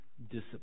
discipline